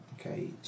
Okay